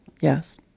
Yes